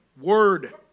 word